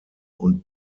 und